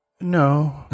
no